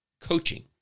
coaching